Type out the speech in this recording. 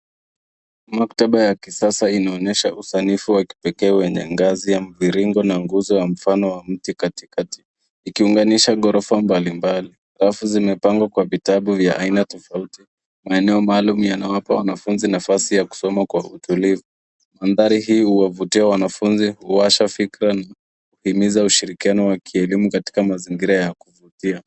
Maktaba ya kisasa inaonyesha usanifu wa kipekee wenye ngazi ya mviringo na nguzo yenye mfano wa katikati ikiunganisha ghorofa mbalimbali. Rafu zimepangwa kwa vitabu vya aina tofauti. Maeneo maalum yanawapa wanafunzi nafasi ya kusoma kwa utulivu. Mandhari hii huwavutia wanafunzi, huwasha fikra na kuhimiza ushirikiano wa kielimu katika mazingira ya kuvutia.